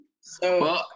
So-